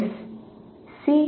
S C